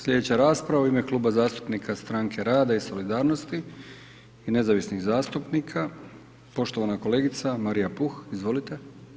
Sljedeća rasprava u ime Kluba zastupnika Stranke rada i solidarnosti i nezavisnih zastupnika, poštovana kolegica Marija Puh, izvolite.